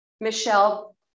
Michelle